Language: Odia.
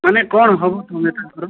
ମାନେ କ'ଣ ହେବ ତୁମେ ତାଙ୍କର